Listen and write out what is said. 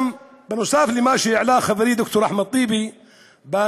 נוסף על מה שהעלה חברי ד"ר אחמד טיבי בהצעת